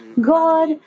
God